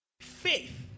Faith